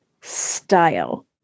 style